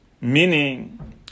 meaning